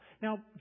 Now